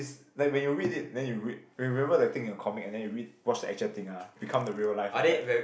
is like when you read it then you read when remember the thing in your comic and then you read watch the actual thing ah become the real life all that